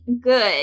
good